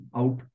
out